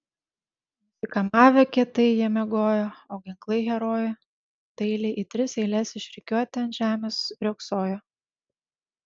nusikamavę kietai jie miegojo o ginklai herojų dailiai į tris eiles išrikiuoti ant žemės riogsojo